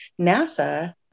NASA